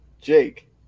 Jake